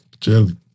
Jelly